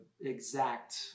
exact